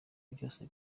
byose